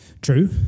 True